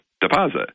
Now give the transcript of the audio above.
deposit